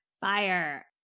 fire